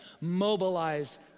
mobilize